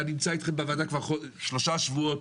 ואני נמצא אתכם בוועדה כבר שלושה שבועות.